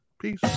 peace